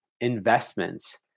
investments